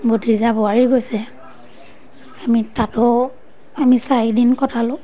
ভতিজা বোৱাৰী গৈছে আমি তাতো আমি চাৰিদিন কটালোঁ